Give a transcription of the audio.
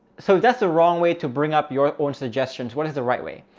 so that's the wrong way to bring up your own suggestions. what is the right way?